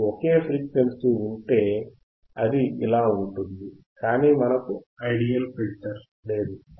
మీకు ఒకే ఫ్రీక్వెన్సీ ఉంటే అది ఇలా ఉంటుంది కానీ మనకు ఐడియల్ ఫిల్టర్ లేదు